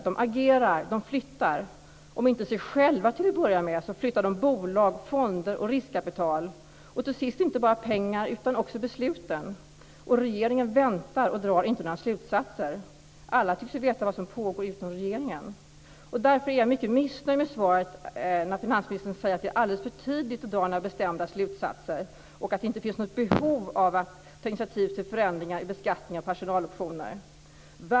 De agerar och flyttar. Och om de inte flyttar sig själv till att börja med, så flyttar de bolag, fonder och riskkapital. Till sist är det inte bara pengar som flyttas, utan också besluten. Regeringen väntar och drar inte några slutsatser av detta. Alla tycks veta vad som pågår utom regeringen. Därför är jag mycket missnöjd med svaret där finansministern säger att det är alldeles för tidigt att dra några bestämda slutsatser och att det inte finns något behov av att ta initiativ till förändringar i beskattningen av personaloptioner.